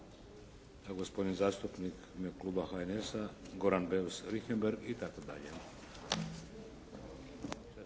i gospodin zastupnik u ime Kluba HNS-a Goran Beus-Richembergh i tako dalje.